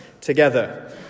together